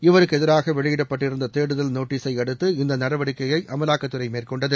இவருக்கு எதிராக வெளியிடப்பட்டிருந்த தேடுதல் நோட்டீஸை அடுத்து இந்த நடவடிக்கையை அமலாக்கத்துறை மேற்கொண்டகு